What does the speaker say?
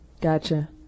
Gotcha